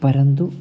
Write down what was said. परन्तु